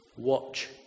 watch